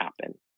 happen